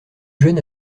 jeunes